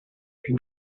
più